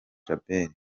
djabel